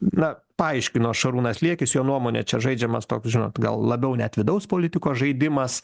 na paaiškino šarūnas liekis jo nuomone čia žaidžiamas toks žinot gal labiau net vidaus politikos žaidimas